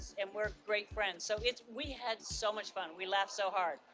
and we're great friends, so it's we had so much fun. we laughed so hard,